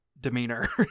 demeanor